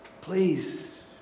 Please